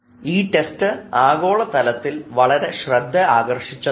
ഈ ടെസ്റ്റ് ആഗോളതലത്തിൽ വളരെ ജനശ്രദ്ധയാകർഷിച്ചതാണ്